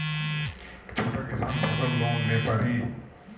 छोटा किसान फसल लोन ले पारी?